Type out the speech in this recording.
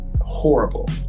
horrible